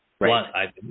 right